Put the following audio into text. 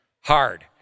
Hard